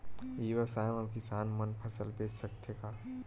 ई व्यवसाय म किसान मन फसल बेच सकथे का?